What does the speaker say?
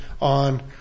on